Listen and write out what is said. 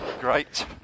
Great